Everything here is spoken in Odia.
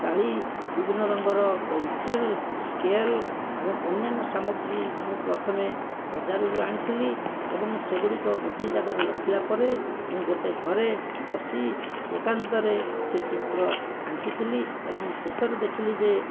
କାଳି ବିଭିନ୍ନ ରଙ୍ଗର ପେନସିଲ ସ୍କେଲ ଏବଂ ଅନ୍ୟାନ୍ୟ ସାମଗ୍ରୀ ମୁଁ ପ୍ରଥମେ ବଜାରରୁ ଆଣିଥିଲି ଏବଂ ସେଗୁଡ଼ିକ ଗୋଟିଏ ଜାଗାରେ ରଖିଲା ପରେ ମୁଁ ଗୋଟିଏ ଘରେ ବସି ଏକାନ୍ତରେ ସେ ଚିତ୍ର ଆଙ୍କିଥିଲି ଏବଂ ଶେଷରେ ଦେଖିଲି ଯେ